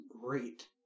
great